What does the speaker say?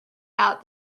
out